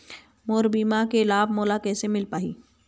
मोर बीमा के लाभ मोला कैसे मिल पाही?